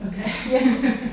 Okay